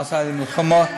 צריך להתחיל להניע את התהליך.